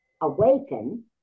awaken